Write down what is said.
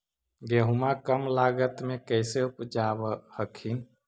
गेहुमा कम लागत मे कैसे उपजाब हखिन?